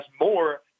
more